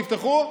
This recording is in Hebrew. תפתחו,